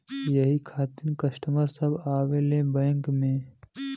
यही खातिन कस्टमर सब आवा ले बैंक मे?